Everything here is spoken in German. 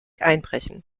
einbrechen